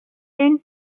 ten